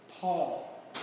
Paul